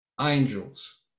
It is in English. angels